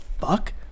fuck